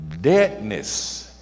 Deadness